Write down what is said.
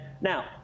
now